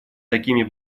такими